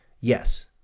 Yes